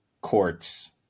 courts